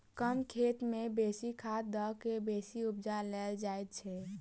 कम खेत मे बेसी खाद द क बेसी उपजा लेल जाइत छै